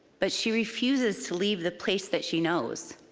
but she refuses to leave the place that she knows.